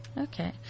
Okay